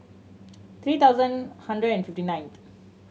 three thousand hundred and fifty ninth